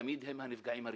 תמיד הם הנפגעים הראשונים,